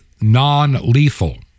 non-lethal